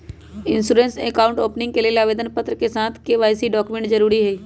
insurance account opening के लेल आवेदन पत्र के साथ के.वाई.सी डॉक्यूमेंट जरुरी हइ